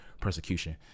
persecution